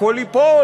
הכול ייפול,